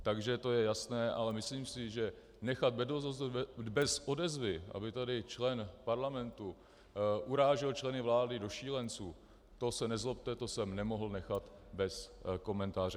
Takže to je jasné, ale myslím si, že nechat bez odezvy, aby tady člen parlamentu urážel členy vlády do šílenců, to se nezlobte, to jsem nemohl nechat bez komentáře.